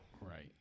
right